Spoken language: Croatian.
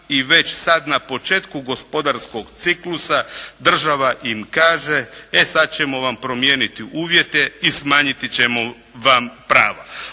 i već sad na početku gospodarskog ciklusa država im kaže, e sad ćemo vam promijeniti uvjete i smanjiti ćemo vam prava.